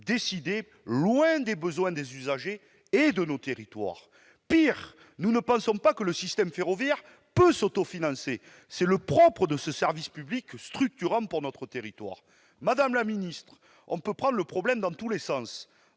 décidées loin des besoins des usagers et de nos territoires. Pis, nous ne pensons pas que le système ferroviaire peut s'autofinancer- c'est le propre de ce service public, structurant pour notre territoire. Madame la ministre, vous pouvez prendre le problème dans tous les sens,